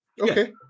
Okay